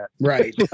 Right